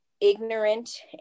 ignorant